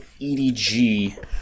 EDG